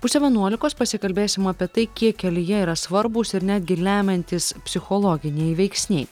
pusę vienuolikos pasikalbėsim apie tai kiek kelyje yra svarbūs ir netgi lemiantys psichologiniai veiksniai